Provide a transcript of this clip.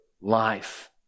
life